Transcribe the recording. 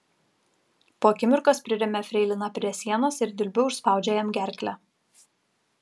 po akimirkos priremia freiliną prie sienos ir dilbiu užspaudžia jam gerklę